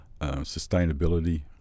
sustainability